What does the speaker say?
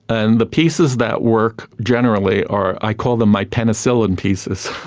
and the pieces that work generally are, i call them my penicillin pieces,